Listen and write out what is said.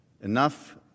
enough